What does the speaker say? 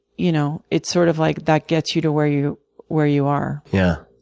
you know, it's sort of like that gets you to where you where you are. yeah.